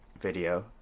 video